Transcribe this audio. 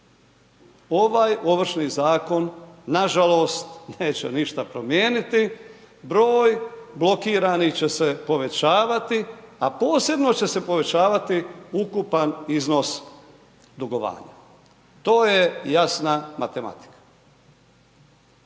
Ovaj Ovršni zakon nažalost neće ništa promijeniti, broj blokiranih će se povećavati, a posebno će se povećavati ukupan iznos dugovanja. To je jasna matematika.